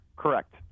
Correct